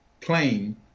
plane